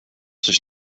sich